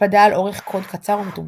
הקפדה על אורך קוד קצר ומתומצת.